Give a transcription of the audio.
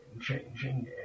changing